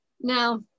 now